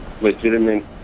legitimate